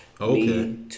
Okay